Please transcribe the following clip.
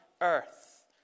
Earth